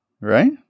Right